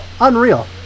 unreal